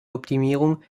optimierung